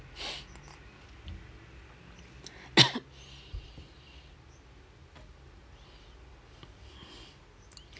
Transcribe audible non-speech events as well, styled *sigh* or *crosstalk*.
*noise* *coughs*